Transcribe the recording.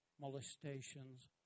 molestations